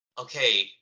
okay